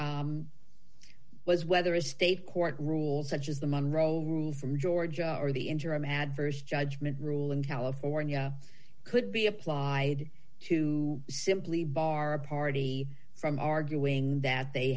was whether a state court rules such as the man roe rule from georgia or the interim adverse judgment rule in california could be applied to simply bar a party from arguing that they